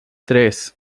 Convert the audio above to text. tres